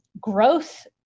growth